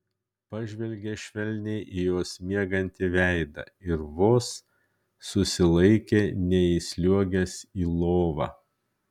pažvelgė švelniai į jos miegantį veidą ir vos susilaikė neįsliuogęs į lovą